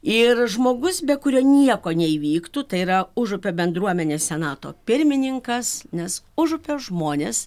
ir žmogus be kurio nieko neįvyktų tai yra užupio bendruomenės senato pirmininkas nes užupio žmonės